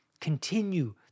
continue